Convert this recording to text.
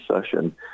session